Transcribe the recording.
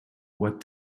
what